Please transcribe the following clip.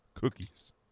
cookies